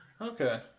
Okay